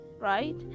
right